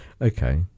Okay